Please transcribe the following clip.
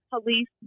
police